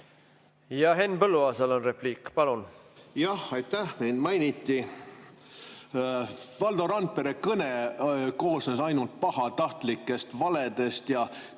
Ja Henn Põlluaasal on repliik. Palun! Jah, aitäh! Mind mainiti. Valdo Randpere kõne koosnes ainult pahatahtlikest valedest,